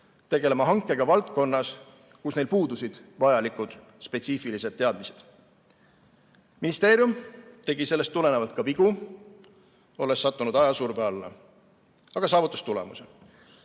tegelema hankega valdkonnas, kus neil puudusid vajalikud spetsiifilised teadmised. Ministeerium tegi sellest tulenevalt ka vigu, olles sattunud ajasurve alla, aga saavutas tulemuse.